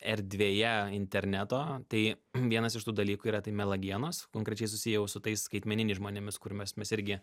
erdvėje interneto tai vienas iš tų dalykų yra tai melagienos konkrečiai susiję su tais skaitmeniniais žmonėmis kur mes mes irgi